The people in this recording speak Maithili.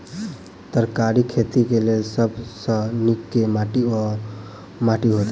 तरकारीक खेती केँ लेल सब सऽ नीक केँ माटि वा माटि हेतै?